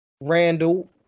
Randall